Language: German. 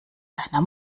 einer